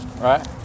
Right